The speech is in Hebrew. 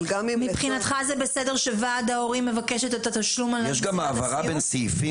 מבחינתך זה בסדר שוועד ההורים מבקש את התשלום על מסיבת הסיום?